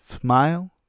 smile